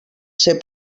ser